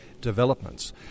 developments